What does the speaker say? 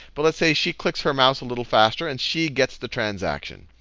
but let's say she clicks her mouse a little faster and she gets the transaction.